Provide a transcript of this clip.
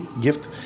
gift